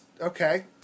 okay